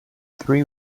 three